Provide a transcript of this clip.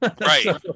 right